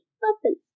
purple